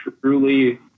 truly